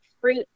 fruit